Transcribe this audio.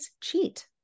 cheat